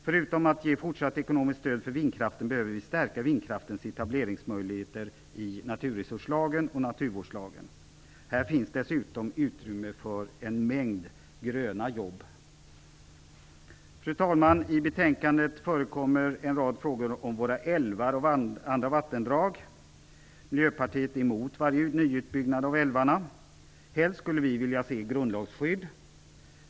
Förutom att ge fortsatt ekonomiskt stöd för vindkraften behöver vi stärka vindkraftens etableringsmöjligheter i naturresurslagen och naturvårdslagen. Här finns dessutom utrymme för en mängd gröna jobb. Fru talman! I betänkandet förekommer en rad frågor om våra älvar och andra vattendrag. Miljöpartiet är emot varje nyutbyggnad av älvarna. Helst skulle vi vilja se grundlagsskydd.